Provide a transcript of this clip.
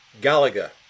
Gallagher